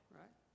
right